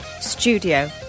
studio